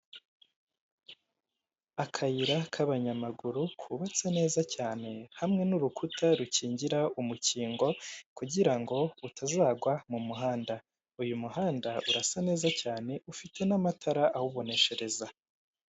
Akayira k'abanyamaguru kubatse neza cyane hamwe n'urukuta rukingira umukingo kugira ngo utazagwa mu muhanda, uyu muhanda urasa neza cyane ufite n'amatara awuboneshereza.